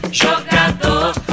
jogador